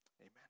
Amen